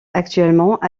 actuellement